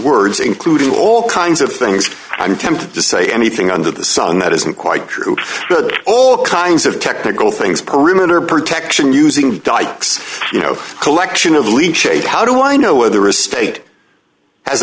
words including all kinds of things i'm tempted to say anything under the sun that isn't quite true good all kinds of technical things perimeter protection using dykes you know collection of lead shade how do i know whether a state has